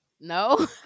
No